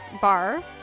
bar